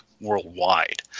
worldwide